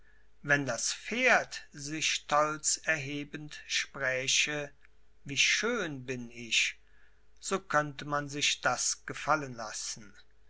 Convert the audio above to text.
wenn das pferd sich stolz erhebend spräche wie schön bin ich so könnte man sich das gefallen lassen